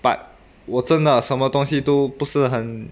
but 我真的什么东西都不是很